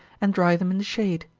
and dry them in the shade.